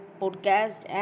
podcast